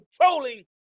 controlling